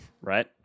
right